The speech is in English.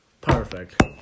Perfect